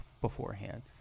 beforehand